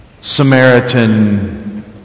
Samaritan